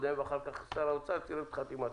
ואחר כך שר האוצר צירף את חתימתו.